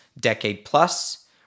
decade-plus